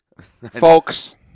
folks